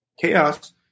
chaos